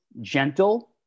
gentle